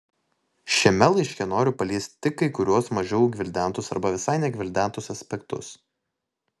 šiame laiške noriu paliesti tik kai kuriuos mažiau gvildentus arba visai negvildentus aspektus